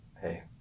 hey